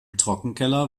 trockenkeller